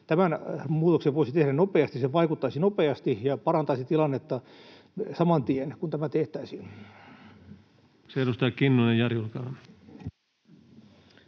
Tämän muutoksen voisi tehdä nopeasti, ja se vaikuttaisi nopeasti ja parantaisi tilannetta saman tien, kun tämä tehtäisiin. [Speech 278] Speaker: